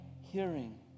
hearing